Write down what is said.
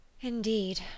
Indeed